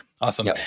Awesome